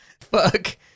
Fuck